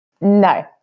no